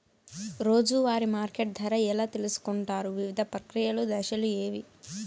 రోజూ వారి మార్కెట్ ధర ఎలా తెలుసుకొంటారు వివిధ ప్రక్రియలు దశలు ఏవి?